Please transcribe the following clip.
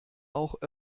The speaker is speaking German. auch